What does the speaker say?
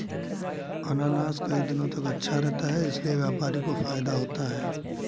अनानास कई दिनों तक अच्छा रहता है इसीलिए व्यापारी को फायदा होता है